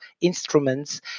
instruments